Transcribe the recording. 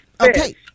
Okay